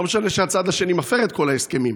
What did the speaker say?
ולא משנה שהצד השני מפר את כל ההסכמים,